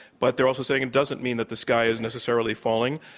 but they're also saying it doesn't mean that the sky is necessarily falling.